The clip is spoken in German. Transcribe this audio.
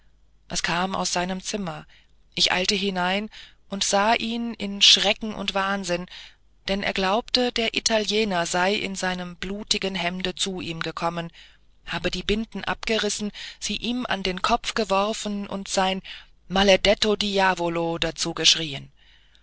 geschrei es kam aus seinem zimmer ich eilte hinein und sah ihn in schrecken und wahnsinn denn er glaubte der italiener sei in seinem blutigen hemde zu ihm gekommen habe die binden abgerissen sie ihm an den kopf geworfen und sein maledetto diavolo dazu geschrien